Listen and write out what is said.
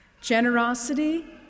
Generosity